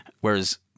whereas